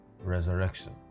resurrection